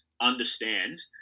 understand